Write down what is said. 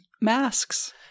masks